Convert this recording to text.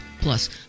plus